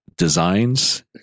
Designs